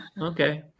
okay